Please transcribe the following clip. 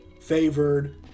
favored